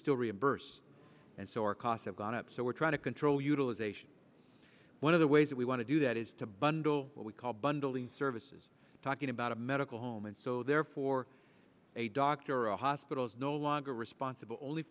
still reimburse and so our costs have gone up so we're trying to control utilization one of the ways that we want to do that is to bundle what we call bundling services talking about a medical home and so therefore a doctor or a hospital is no longer responsible